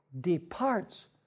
departs